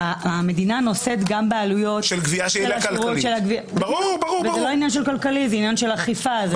המדינה נושאת גם בעלויות של וזה לא עניין של כלכלי אלא של אכיפה.